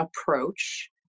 approach